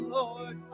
Lord